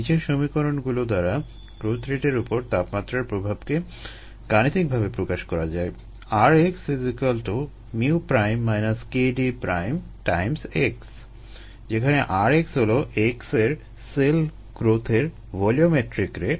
নিচের সমীকরণগুলো দ্বারা গ্রোথ রেটের উপর তাপমাত্রার প্রভাবকে গাণিতিকভাবে প্রকাশ করা যায় যেখানে rx হলো x এর সেল গ্রোথের ভলিওমেট্রিক রেট